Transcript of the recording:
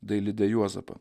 dailidę juozapą